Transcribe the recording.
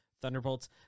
Thunderbolts